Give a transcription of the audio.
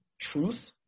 truth